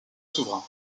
souverain